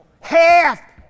Half